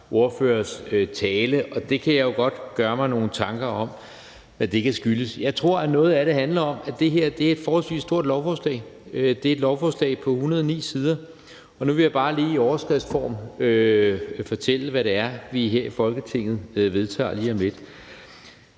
ordførers tale, og jeg kan jo godt gøre mig nogle tanker om, hvad det kan skyldes. Jeg tror, at noget af det handler om, at det her er et forholdsvis stort lovforslag. Det er et lovforslag på 109 sider, og nu vil jeg bare lige i overskriftsform fortælle, hvad det er, vi her i Folketinget vedtager lige om lidt.